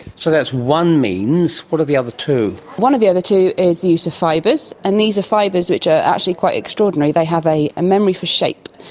so that's one means. what are the other two? one of the other two is the use of fibres, and these are fibres which are actually quite extraordinary. they have a memory for shape.